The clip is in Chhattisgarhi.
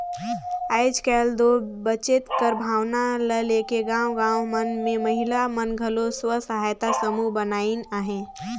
आएज काएल दो बचेत कर भावना ल लेके गाँव गाँव मन में महिला मन घलो स्व सहायता समूह बनाइन अहें